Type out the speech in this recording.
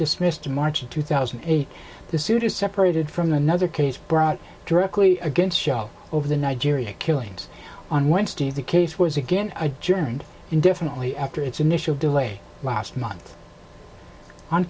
dismissed in march of two thousand and eight the suit is separated from another case brought directly against show over the nigeria killings on wednesday the case was again i joined indefinitely after its initial delay last month on